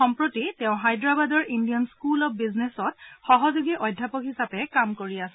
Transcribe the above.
সম্প্ৰতি তেওঁ হায়দৰাবাদৰ ইণ্ডিয়ান স্কুল অব বিজনেছত সহযোগী অধ্যাপক হিচাপে কাম কৰি আছে